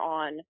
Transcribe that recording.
on